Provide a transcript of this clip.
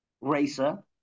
racer